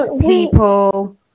people